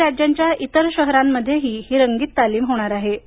काही राज्यांच्या इतर शहरांमध्येही ही रंगीत तालीम होणार आहे